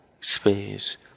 space